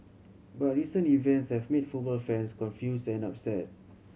but recent events have made football fans confused and upset